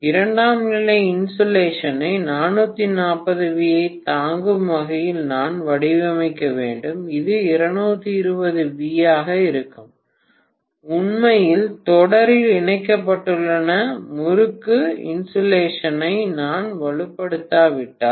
இரண்டாம் நிலை இன்சுலேஷனை 440 V ஐ தாங்கும் வகையில் நான் வடிவமைக்க வேண்டும் இது 220 V ஆக இருக்கும் உண்மையில் தொடரில் இணைக்கப்பட்டுள்ள முறுக்கு இன்சுலேஷனை நான் வலுப்படுத்தாவிட்டால்